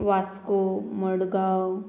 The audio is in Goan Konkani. वास्को मडगांव